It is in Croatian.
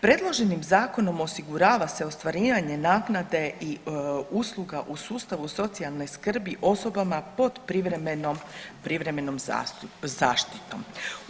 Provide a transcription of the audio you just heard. Predloženim zakonom osigurava se ostvarivanje naknade i usluga u sustavu socijalne skrbi osobama pod privremenim, privremenom zaštitom.